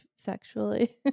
sexually